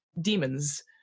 demons